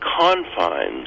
confines